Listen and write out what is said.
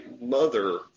mother